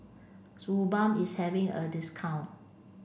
Suu Balm is having a discount